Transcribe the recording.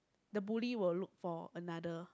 the bully would look for another